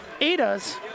Ada's